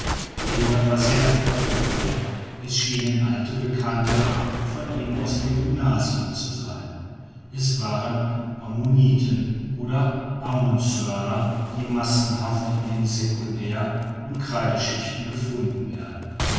eduard war sehr erfreut darüber es schienen alte bekannte von ihm aus dem gymnasium zu sein es waren ammoniten oder ammonshörner die massenhaft in den secundär und kreideschichten gefunden werden